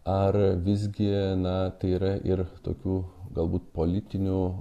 ar visgi na tai yra ir tokių galbūt politinių